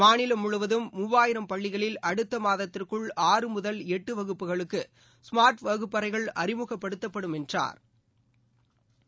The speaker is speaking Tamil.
மாநிலம் முழுவதும் மூவாயிரம் பள்ளிகளில் அடுத்த மாதத்திற்குள் ஆறு முதல் எட்டு வகுப்புகளுக்கு ஸ்மாா்ட் வகுப்பறைகள் அறிமுகப்படுத்தப்படும் என்றாா்